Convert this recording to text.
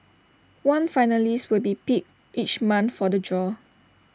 one finalist will be picked each month for the draw